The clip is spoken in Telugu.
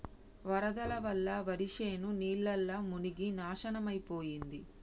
వరదల వల్ల వరిశేను నీళ్లల్ల మునిగి నాశనమైపోయింది